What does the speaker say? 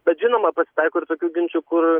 bet žinoma pasitaiko ir tokių ginčų kur